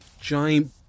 giant